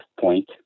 point